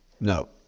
No